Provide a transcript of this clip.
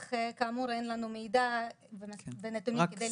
אך כאמור אין לנו מידע ונתונים כדי לבחון את הנושא.